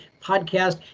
Podcast